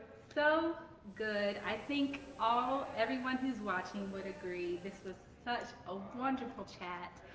so good! i think all everyone who's watching would agree this was such a wonderful chat!